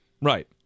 Right